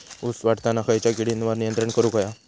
ऊस वाढताना खयच्या किडींवर नियंत्रण करुक व्हया?